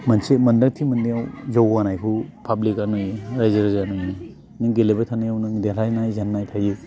मोनसे मोनदांथि मोननायाव जौगानायखौ पाब्लिकआनो रायजो राजायानो नों गेलेबाय थानायाव नों देरहानाय जेननाय थायो